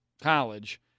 college